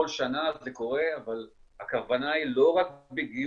כל שנה זה קורה, אבל הכוונה היא לא רק בגיוס